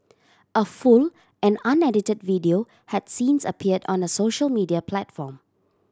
a full and unedited video had since appeared on a social media platform